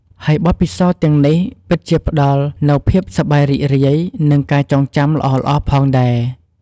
ហើយបទពិសោធន៍ទាំងនេះពិតជាផ្តល់នូវភាពសប្បាយរីករាយ និងការចងចាំល្អៗផងដែរ។